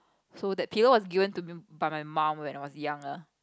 so that pillow was given to me by my mum when I was young ah